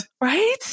Right